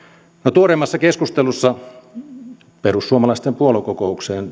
tuoreimmassa keskustelussa liittyen perussuomalaisten puoluekokoukseen